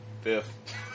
Fifth